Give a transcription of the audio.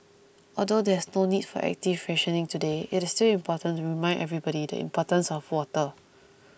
although there is no need for active rationing today it is still important to remind everybody the importance of water